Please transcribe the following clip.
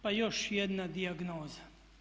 Pa još jedna dijagnoza.